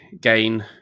gain